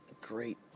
great